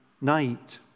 night